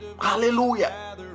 Hallelujah